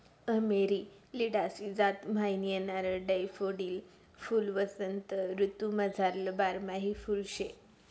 Amaryllidaceae जात म्हाईन येणारं डैफोडील फुल्वसंत ऋतूमझारलं बारमाही फुल शे